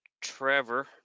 Trevor